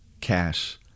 cash